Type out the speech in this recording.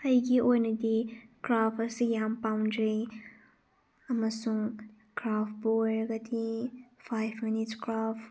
ꯑꯩꯒꯤ ꯑꯣꯏꯅꯗꯤ ꯀ꯭ꯔꯥꯐ ꯑꯁꯤ ꯌꯥꯝ ꯄꯥꯝꯖꯩ ꯑꯃꯁꯨꯡ ꯀ꯭ꯔꯥꯐꯄꯨ ꯑꯣꯏꯔꯒꯗꯤ ꯐꯥꯏꯚ ꯃꯤꯅꯤꯠꯁ ꯀ꯭ꯔꯥꯐ